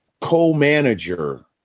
co-manager